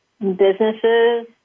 businesses